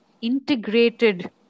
integrated